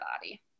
body